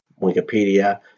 Wikipedia